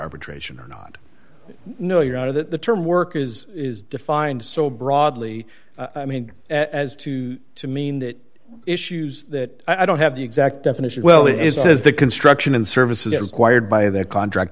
arbitration or not no you're out of that the term work is is defined so broadly i mean as to to mean that issues that i don't have the exact definition well is the construction and service is it required by their contract